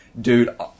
dude